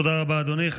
תודה רבה, אדוני.